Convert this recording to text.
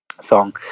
song